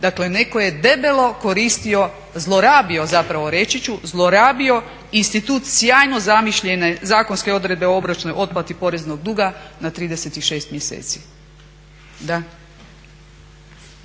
Dakle, netko je debelo koristio, zlorabio zapravo reći ću, zlorabio institut sjajno zamišljene zakonske odredbe o obročnoj otplati poreznog duga na 36 mjeseci.